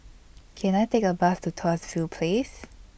Can I Take A Bus to Tuas View Place